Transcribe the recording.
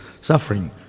suffering